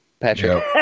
Patrick